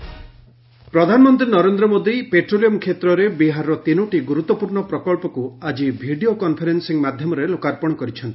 PM petroleum project ପ୍ରଧାନମନ୍ତ୍ରୀ Narendra Modi petroleum କ୍ଷେତ୍ରରେ ବିହାରର ତିନୋଟି ଗୁରୁତ୍ୱପୂର୍ଣ୍ଣ ପ୍ରକଳ୍ପକୁ ଆଜି ଭିଡ଼ିଓ କନ୍ଫରେନ୍ସିଂ ମାଧ୍ୟମରେ ଲୋକାର୍ପଣ କରିଛନ୍ତି